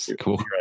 cool